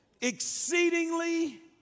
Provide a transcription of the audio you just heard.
exceedingly